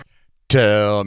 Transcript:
Tell